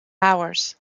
hours